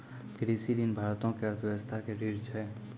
कृषि ऋण भारतो के अर्थव्यवस्था के रीढ़ छै